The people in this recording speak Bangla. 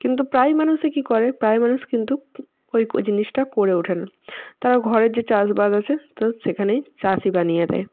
কিন্তু প্রায় মানুষই কী করে প্রায় মানুষ কিন্তু ওই জিনিসটা করে ওঠে না তার ঘরের যে চাষবাস আছে তো সেখানেই চাষি বানিয়ে দেয়